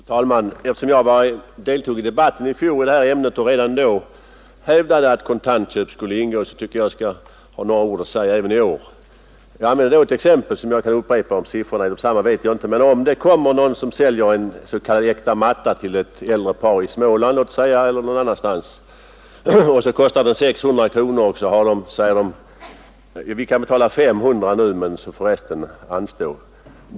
Fru talman! Eftersom jag deltog i debatten i fjol i detta ämne och redan då hävdade att kontantköp skulle omfattas av lagen har jag några ord att säga härom även i år. Jag använde då ett exempel som jag upprepar nu, men jag är inte säker på att siffrorna blir desamma. En person säljer en s.k. äkta matta till ett äldre par i låt oss säga Småland. Den kostar 600 kronor. Makarna säger att vi kan betala 500 kronor, och så får resten anstå.